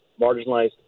marginalized